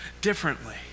differently